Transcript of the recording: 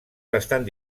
bastant